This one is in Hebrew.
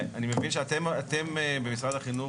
אני מבין שאתם במשרד החינוך,